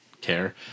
care